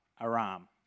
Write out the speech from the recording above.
Aram